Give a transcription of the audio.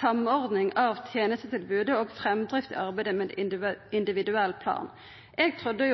samordning av tjenestetilbudet og fremdrift i arbeidet med individuell plan.» Eg trudde